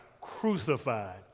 crucified